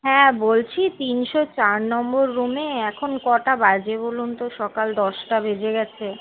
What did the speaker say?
হ্যাঁ বলছি তিনশো চার নম্বর রুমে এখন কটা বাজে বলুন তো সকাল দশটা বেজে গেছে